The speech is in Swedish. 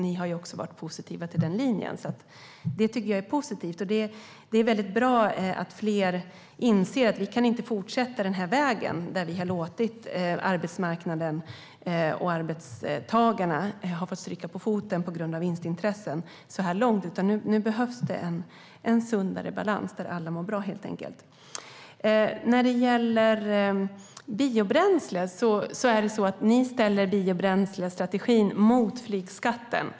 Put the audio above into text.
Ni har ju också varit positiva till den linjen, och det tycker jag är positivt. Det är bra att fler inser att vi inte kan fortsätta på den här vägen där arbetsmarknaden och arbetstagarna har fått stryka på foten på grund av vinstintressen. Nu behövs en sundare balans där alla mår bra. När det gäller biobränsle ställer ni biobränslestrategin mot flygskatten.